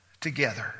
together